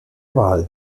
wahl